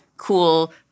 cool